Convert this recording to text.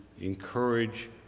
encourage